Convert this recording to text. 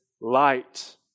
light